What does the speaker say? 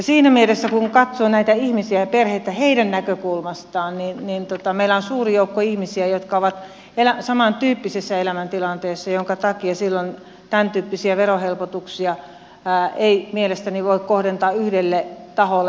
siinä mielessä kun katsoo näitä ihmisiä ja perheitä heidän näkökulmastaan meillä on suuri joukko ihmisiä jotka ovat samantyyppisessä elämäntilanteessa minkä takia silloin tämäntyyppisiä verohelpotuksia ei mielestäni voi kohdentaa yhdelle taholle